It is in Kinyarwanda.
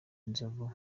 inzovu